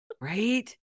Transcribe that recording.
right